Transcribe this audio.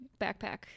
backpack